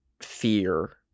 fear